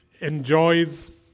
enjoys